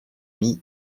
mis